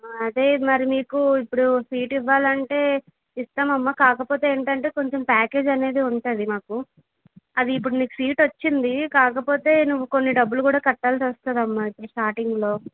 అదే మరి మీకు ఇప్పుడు సీట్ ఇవ్వాలంటే ఇస్తామమ్మా కాకపోతే ఏంటంటే కొంచెం ప్యాకేజ్ అనేది ఉంటది మాకు అది ఇప్పుడు సీట్ వచ్చింది కాకపోతే నువ్వు కొన్ని డబ్బులు కూడా కట్టాల్సి వస్తుందమ్మా స్టార్టింగ్లో